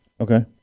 Okay